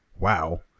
wow